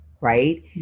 right